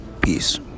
Peace